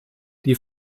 die